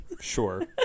sure